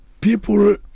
People